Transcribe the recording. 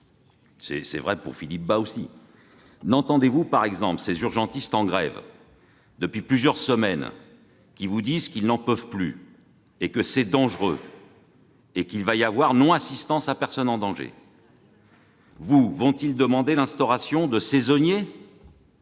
vous aussi, monsieur Bas ! N'entendez-vous pas, par exemple, ces urgentistes en grève depuis plusieurs semaines qui vous disent qu'ils n'en peuvent plus, que c'est dangereux et qu'il va y avoir non-assistance à personne en danger ? Vous ont-ils demandé l'instauration de saisonniers